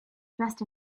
dressed